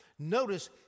Notice